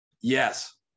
yes